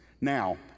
Now